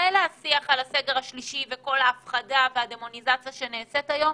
מילא השיח על הסגר השלישי וכל ההפחדה והדמוניזציה שנעשית היום,